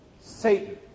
Satan